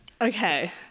Okay